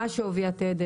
מה שווי התדר